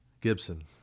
Gibson